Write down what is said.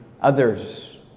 others